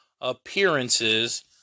appearances